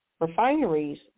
refineries